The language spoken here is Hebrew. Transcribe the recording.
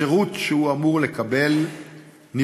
השירות שהוא אמור לקבל נפגע.